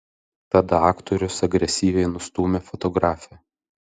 tada aktorius agresyviai nustūmė fotografę